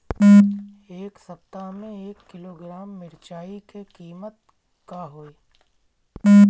एह सप्ताह मे एक किलोग्राम मिरचाई के किमत का होई?